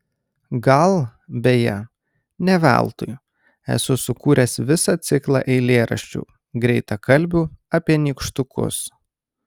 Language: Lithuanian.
gal beje ne veltui esu sukūręs visą ciklą eilėraščių greitakalbių apie nykštukus